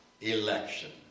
election